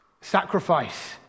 sacrifice